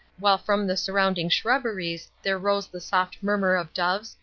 while from the surrounding shrubberies there rose the soft murmur of doves,